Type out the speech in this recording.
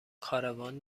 کاروان